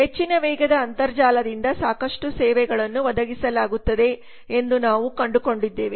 ಹೆಚ್ಚಿನ ವೇಗದ ಅಂತರ್ಜಾಲದಿಂದ ಸಾಕಷ್ಟು ಸೇವೆಗಳನ್ನು ಒದಗಿಸಲಾಗುತ್ತಿದೆ ಎಂದು ನಾವು ಕಂಡುಕೊಂಡಿದ್ದೇವೆ